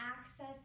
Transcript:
access